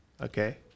Okay